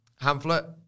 Hamlet